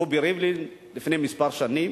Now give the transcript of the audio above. רובי ריבלין, לפני כמה שנים.